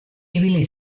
ibili